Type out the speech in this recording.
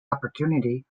opportunity